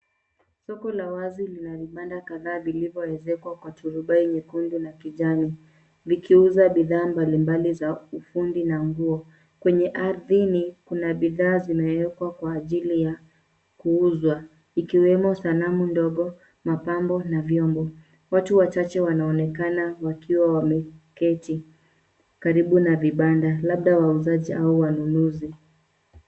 Soko la wazi lina vibanda kadhaa vilivoezekwa kwa turubai nyekundu na kijani, likiuza bidhaa mbali mbali za ufundi na nguo. Kwenye ardhini, kuna bidhaa zimeekwa kwa ajili ya kuuzwa ikiwemo: sanamu ndogo, mapambo na vyombo. Watu wachache wanaonekana wakiwa wameketi karibu na vibanda, labda wauzaji au wanunuzi.